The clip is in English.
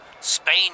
Spain